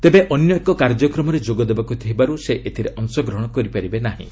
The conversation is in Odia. ତେବେ ଅନ୍ୟ ଏକ କାର୍ଯ୍ୟକ୍ରମରେ ଯୋଗ ଦେବାକୁ ଥିବାରୁ ସେ ଏଥିରେ ଅଂଶଗ୍ରହଣ କରିପାରିବେ ନାହିଁ